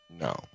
No